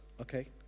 okay